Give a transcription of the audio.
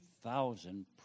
thousand